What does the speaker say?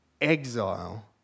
exile